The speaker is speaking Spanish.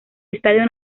estadio